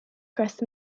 crust